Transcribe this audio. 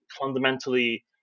fundamentally